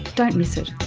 don't miss it